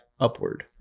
upward